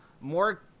more